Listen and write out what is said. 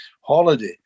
holiday